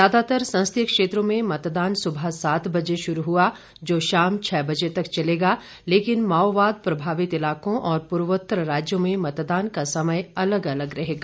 ज्यादातर संसदीय क्षेत्रों में मतदान सुबह सात बजे शुरु हुआ जो शाम छह बजे तक चलेगा लेकिन माओवाद प्रभावित इलाकों और प्रर्वोत्तर राज्यों में मतदान का समय अलग अलग रहेगा